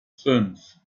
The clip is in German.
fünf